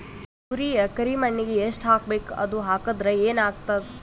Urea ಕರಿಮಣ್ಣಿಗೆ ಎಷ್ಟ್ ಹಾಕ್ಬೇಕ್, ಅದು ಹಾಕದ್ರ ಏನ್ ಆಗ್ತಾದ?